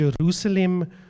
Jerusalem